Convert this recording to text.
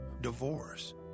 divorce